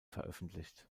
veröffentlicht